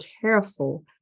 careful